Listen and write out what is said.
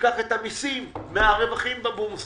תיקח את המיסים מהרווחים בבורסה.